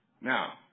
Now